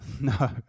No